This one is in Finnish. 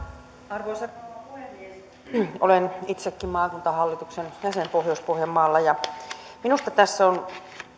arvoisa rouva puhemies olen itsekin maakuntahallituksen jäsen pohjois pohjanmaalla ja minusta tässä on